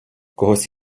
когось